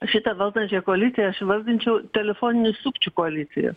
šitą valdančiąją koaliciją aš įvardinčiau telefoninių sukčių koalicija